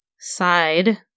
side